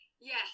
Yes